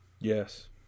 Yes